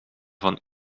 van